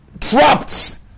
trapped